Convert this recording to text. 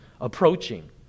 approaching